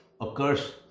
occurs